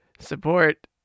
Support